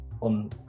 on